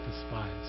despise